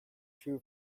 true